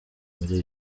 muri